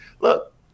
Look